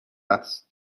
است